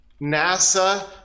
NASA